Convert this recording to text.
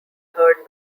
heard